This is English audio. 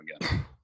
again